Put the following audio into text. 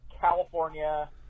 California